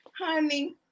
Honey